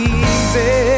easy